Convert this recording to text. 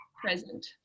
present